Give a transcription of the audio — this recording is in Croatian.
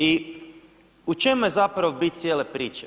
I u čemu je zapravo bit cijele priče?